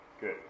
good